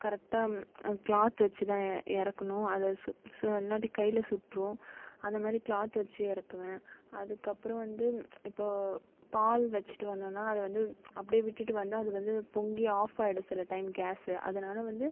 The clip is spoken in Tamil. கரெக்ட்டாக க்ளாத் வச்சு தான் எ இறக்கணும் அது சு சு இல்லாட்டி கையில் சுட்டுரும் அந்தமாதிரி க்ளாத் வச்சு இறக்குவேன் அதுக்கப்புறம் வந்து இப்போது பால் வச்சுட்டு வந்தோம்னா அதை வந்து அப்படியே விட்டுட்டு வந்தால் அது வந்து பொங்கி ஆஃப் ஆகிடும் சில டைம் கேஸ்ஸு அதனால் வந்து